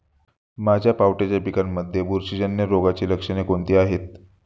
माझ्या पावट्याच्या पिकांमध्ये बुरशीजन्य रोगाची लक्षणे कोणती आहेत?